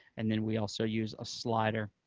and then we also use a slider.